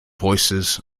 voices